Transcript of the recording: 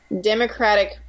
Democratic